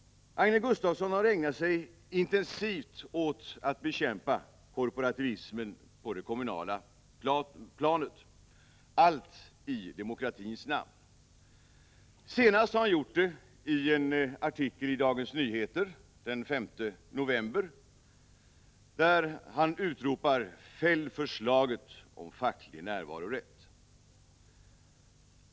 Agne Gustafsson har intensivt ägnat sig åt att bekämpa korporativismen på det kommunala planet, allt i demokratins namn. Senast har han gjort det i en artikel i Dagens Nyheter den 5 november, där han utropar: Fäll förslaget om facklig närvarorätt!